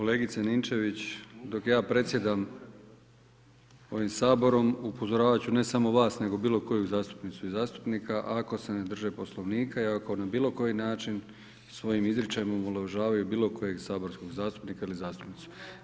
Kolegice Ninčević, dok ja predsjedam ovim Saborom upozoravat ću ne samo vas, nego bilo koju zastupnicu i zastupnika ako se ne drže Poslovnika i ako na bilo koji način svojim izričajem omalovažavaju bilo kojeg saborskog zastupnika ili zastupnicu.